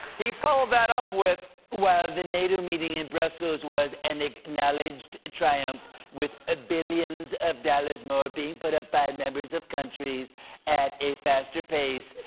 he followed that up with while the nato meeting in brussels was an acknowledged triumph with ah billions of dollars more being put up by members of countries at a faster pace,